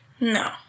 No